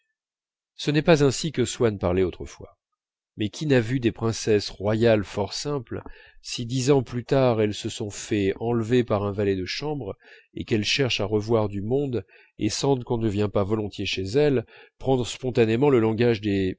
ce n'est pas ainsi que swann parlait autrefois mais qui n'a vu des princesses royales fort simples si dix ans plus tard elles se sont fait enlever par un valet de chambre et qu'elles cherchent à revoir du monde et sentent qu'on ne vient pas volontiers chez elles prendre spontanément le langage des